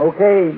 Okay